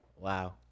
wow